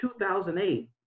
2008